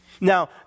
Now